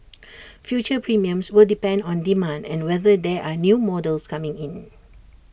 future premiums will depend on demand and whether there are new models coming in